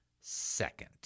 second